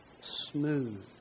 smooth